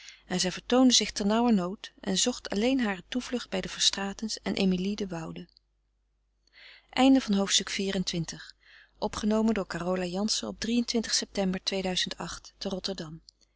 en zij vertoonde zich ternauwernood en zocht alleen hare toevlucht bij de verstraetens en emilie de woude hoofdstuk xxv i er